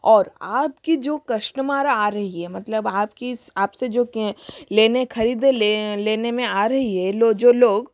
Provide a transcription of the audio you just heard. और आपकी जो कष्टमर आ रही है मतलब आपकी आपसे जो लेने खरीदे लेने में आ रही है लो जो लोग